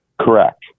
Correct